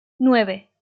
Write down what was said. nueve